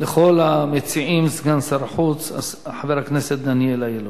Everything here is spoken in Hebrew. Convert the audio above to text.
לכל המציעים סגן שר החוץ חבר הכנסת דניאל אילון.